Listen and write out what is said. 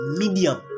medium